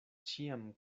ĉiam